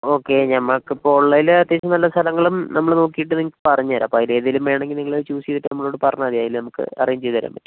okay ഞമ്മക്കിപ്പോൾ ഉള്ളതില് അത്യാവശ്യം നല്ല സ്ഥലങ്ങളും നമ്മള് നോക്കിയിട്ട് നിങ്ങൾക്ക് പറഞ്ഞു തരാം അപ്പം അതിലേതിലും വേണേൽ നിങ്ങള് ചൂസ് ചെയ്തിട്ട് നമ്മളോട് പറഞ്ഞാൽ മതി അതില് നമുക്ക് അറേഞ്ച് ചെയ്തു തരാൻ പറ്റും